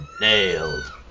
nailed